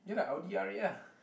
ya lah Audi R-eight ah